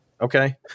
okay